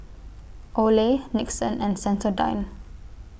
Olay Nixon and Sensodyne